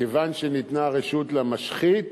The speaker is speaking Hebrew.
כיוון שניתנה רשות למשחית,